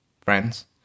friends